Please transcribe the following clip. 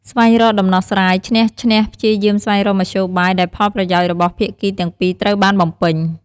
ស្វែងរកដំណោះស្រាយឈ្នះ-ឈ្នះ ព្យាយាមស្វែងរកមធ្យោបាយដែលផលប្រយោជន៍របស់ភាគីទាំងពីរត្រូវបានបំពេញ។